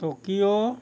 Tokyo